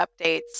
updates